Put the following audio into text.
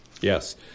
Yes